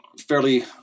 fairly